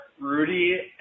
Rudy